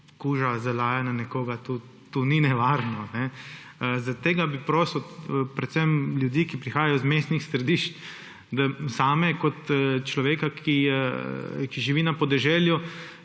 kuža zalaja na nekoga, to ni nevarno. Zaradi tega bi prosil predvsem ljudi, ki prihajajo iz mestnih središč, zame kot človeka, ki živi na podeželju,